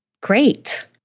great